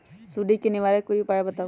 सुडी से निवारक कोई उपाय बताऊँ?